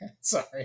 Sorry